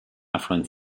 affluent